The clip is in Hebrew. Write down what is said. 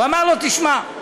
הוא אמר לו: תשמע,